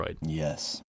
Yes